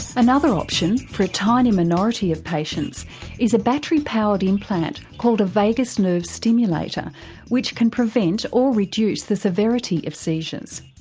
another option for a tiny minority of patients is a battery powered implant called a vagus nerve stimulator which can prevent or reduce the severity of seizures.